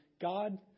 God